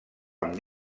amb